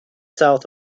south